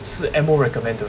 是 M O recommend 的